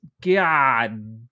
God